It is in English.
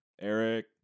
Eric